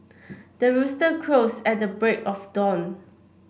the rooster crows at the break of dawn